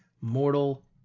mortal